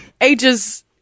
ages